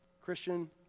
Christian